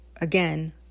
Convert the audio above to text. again